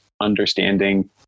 understanding